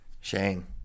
Shane